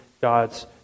God's